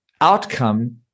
outcome